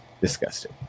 disgusting